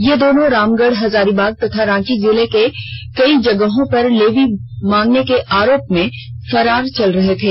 ये दोनों रामगढ़ हजारीबाग तथा रांची जिले के कई जगहों पर लेवी मांगने के आरोप में फरार चल रहे थे